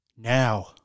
Now